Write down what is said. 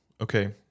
okay